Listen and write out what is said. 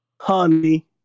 Honey